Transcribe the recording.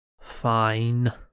Fine